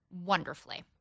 wonderfully